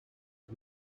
are